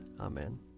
Amen